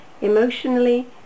emotionally